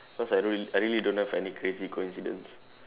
cause I don't really I really don't have any crazy coincidence